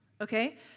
okay